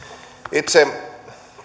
itse